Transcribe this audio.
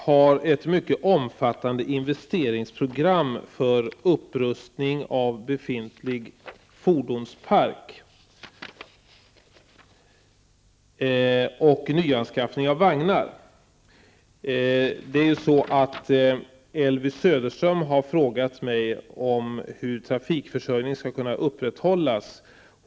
Herr talman! Elvy Söderström har frågat mig hur trafikförsörjningen skall kunna upprätthållas.